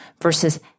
versus